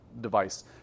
device